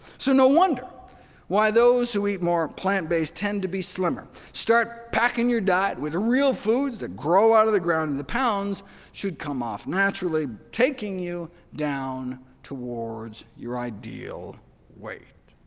so, no wonder why those who eat more plant-based tend to be slimmer. start packing your diet with real foods that grow out of the ground, and the pounds should come off naturally, taking you down towards your ideal weight.